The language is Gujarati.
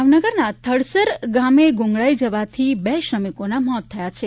ભાવનગરના થળસર ગામે ગુંગળાઈ જવાથી બે શ્રમિકોના મોત થયા છે